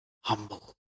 Humble